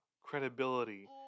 credibility